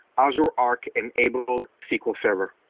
azure arc enabled sql server.